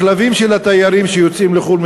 הכלבים של התיירים שיוצאים לחו"ל,